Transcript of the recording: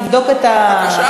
נבדוק את הסוגיה.